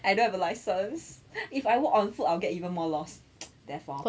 I don't have a license if I work on food I'll get even more lost therefore